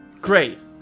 Great